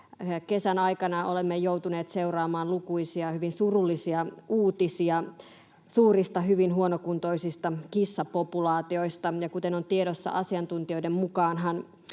Kesän aikana olemme joutuneet seuraamaan lukuisia hyvin surullisia uutisia suurista, hyvin huonokuntoisista kissapopulaatioista. Ja kuten on tiedossa, asiantuntijoiden mukaanhan